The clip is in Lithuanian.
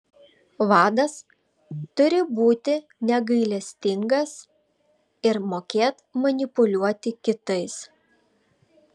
vadas turi būti negailestingas ir mokėt manipuliuoti kitais